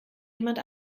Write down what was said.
jemand